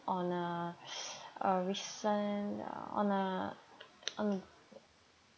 on uh uh recent on uh